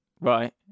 Right